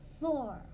Four